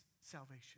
salvation